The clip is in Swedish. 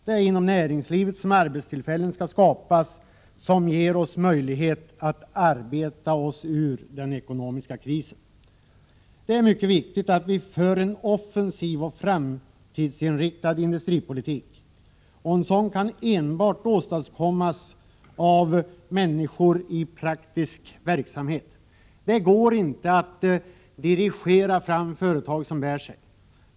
Det är inom näringslivet som arbetstillfällen skall skapas som ger oss möjlighet att arbeta oss ur den ekonomiska krisen. Det är mycket viktigt att vi för en offensiv och framtidsinriktad industripolitik, och en sådan kan enbart åstadkommas av människor i praktisk verksamhet. Det går inte att dirigera fram företag som bär sig.